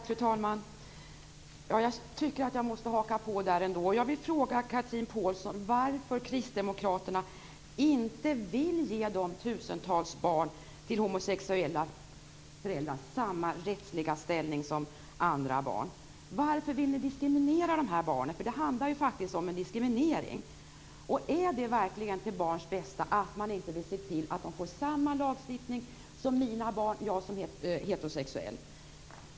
Fru talman! Jag måste haka på diskussionen och fråga Chatrine Pålsson varför Kristdemokraterna inte vill ge de tusentals barn till homosexuella föräldrar samma rättsliga ställning som andra barn. Varför vill ni diskriminera de här barnen? Det handlar faktiskt om diskriminering. Är det verkligen till barns bästa att man inte vill se till att de här barnen omfattas av samma lagstiftning som barn till heterosexuella?